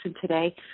today